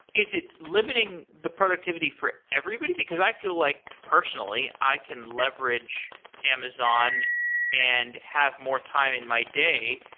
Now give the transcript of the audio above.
is it limiting the productivity for everybody? because i feel like, personally, i can leverage amazon and have more time in my day.